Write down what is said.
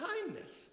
kindness